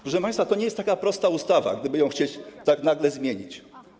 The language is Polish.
Proszę państwa, to nie jest taka prosta ustawa, gdyby ją chcieć tak nagle zmienić.